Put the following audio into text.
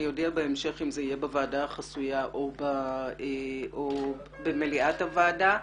אני אודיע בהמשך אם זה יהיה בוועדה החסויה או במליאת הועדה.